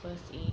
first aid